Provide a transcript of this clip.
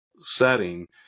setting